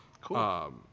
Cool